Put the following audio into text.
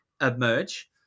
emerge